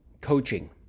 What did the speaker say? coaching